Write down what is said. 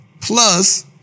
plus